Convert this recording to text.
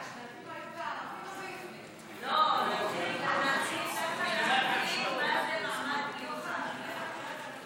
מכריזים ומתחייבים שנהיה המקף המחבר בין היהודית לדמוקרטית,